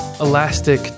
Elastic